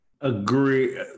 Agree